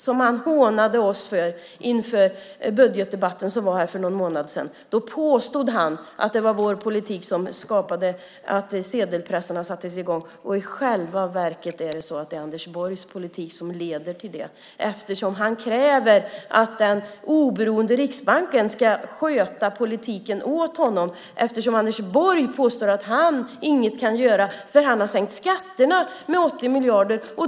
Det hånade han oss för inför budgetdebatten som fördes här för någon månad sedan. Då påstod han att det var vår politik som gjorde så att sedelpressarna sattes i gång. I själva verket är det Anders Borgs politik som leder till det eftersom han kräver att den oberoende Riksbanken ska sköta politiken åt honom. Han påstår ju att han själv inget kan göra eftersom han har sänkt skatterna med 80 miljarder.